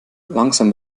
langsam